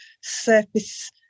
surface